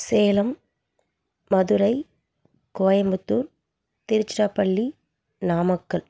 Salem Madurai Coimbatore Tiruchirappalli Namakkal